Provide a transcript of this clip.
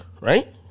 Right